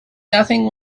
nothing